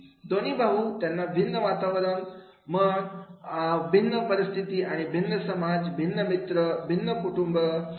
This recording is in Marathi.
दोन्ही भाऊ त्यांना भिन्न वातावरण मन आणि भिन्न परिस्थिती आणि भिन्न समाज भिन्न मित्र कुटुंब सारखी आहे